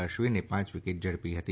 અશ્વિને પાંચ વિકેટ ઝડપી હતી